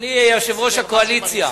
אדוני יושב-ראש הקואליציה,